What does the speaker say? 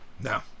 No